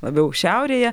labiau šiaurėje